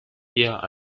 yeah